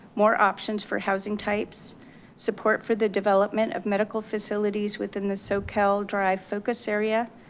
more options for housing types support for the development of medical facilities within the socal drive focus area,